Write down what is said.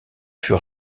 fut